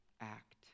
act